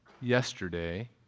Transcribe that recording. yesterday